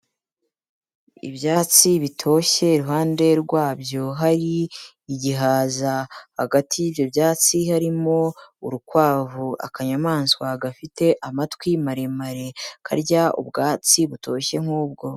Ibyatsi bitoshye iruhande rwabyo hari igihaza, hagati y'ibyo byatsi harimo urukwavu akanyamaswa gafite amatwi maremare karya ubwatsi butoshye nk'ubwo.